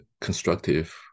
constructive